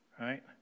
right